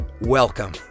Welcome